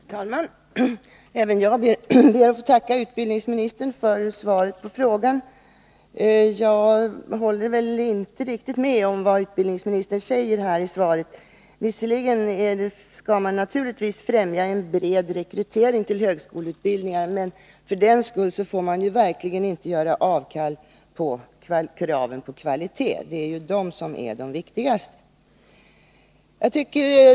Fru talman! Även jag ber att få tacka utbildningsministern för svaret på frågan. Jag håller inte riktigt med om vad utbildningsministern säger i svaret. Visserligen skall man naturligtvis främja en bred rekrytering till högskoleutbildningar, men för den skull får man verkligen inte göra avkall på kraven på kvalitet. De är ju viktigast.